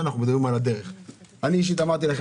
גם אני.